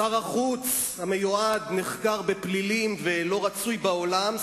שר החוץ המיועד נחקר בפלילים ולא רצוי בעולם,